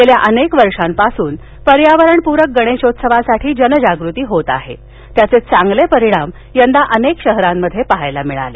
गेल्या अनेक वर्षापासून पर्यावरण पूरक गणेशोत्सवासाठी जनजागृती होत आहे त्याचे चांगले परिणाम यंदा अनेक शहरात पाहायला मिळाले